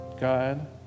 God